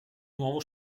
nuovo